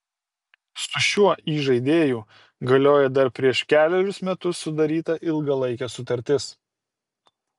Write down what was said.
su šiuo įžaidėju galioja dar prieš kelerius metus sudaryta ilgalaikė sutartis